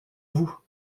vous